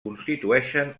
constitueixen